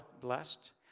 blessed